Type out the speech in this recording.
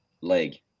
leg